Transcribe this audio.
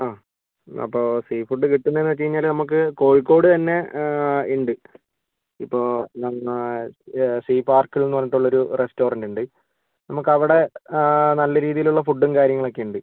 ആ അപ്പോൾ seafood കിട്ടുന്നതെന്നു വെച്ചു കഴിഞ്ഞാല് നമുക്ക് കോഴിക്കോട് തന്നെ ഉണ്ട് ഇപ്പോൾ നമ്മള് സീ പാർക്കിൾ എന്നു പറഞ്ഞിട്ടൊരു റെസ്റ്റോറൻറ് ഉണ്ട് നമുക്കവിടെ നല്ല രീതിയിലുള്ള ഫുഡും കാര്യങ്ങളൊക്കെ ഉണ്ട്